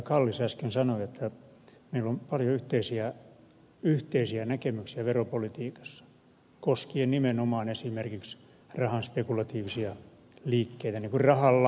kallis äsken sanoi että meillä on paljon yhteisiä näkemyksiä veropolitiikassa koskien nimenomaan esimerkiksi rahan spekulatiivisia liikkeitä niin kuin rahalla pelaamista